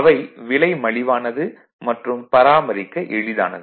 அவை விலை மலிவானது மற்றும் பராமரிக்க எளிதானது